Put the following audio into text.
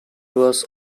was